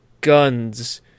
guns